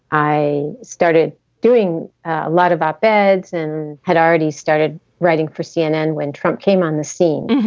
i started doing a lot about beds and had already started writing for cnn when trump came on the scene.